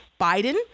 biden